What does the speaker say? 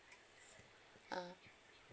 uh